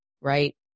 right